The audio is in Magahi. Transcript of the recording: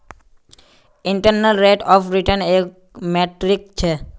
इंटरनल रेट ऑफ रिटर्न एक मीट्रिक छ